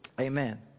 Amen